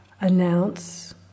announce